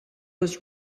was